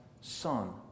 son